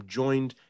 joined